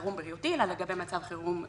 אלא לגבי מצב חירום ביטחוני.